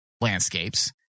landscapes